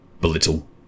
belittle